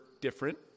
different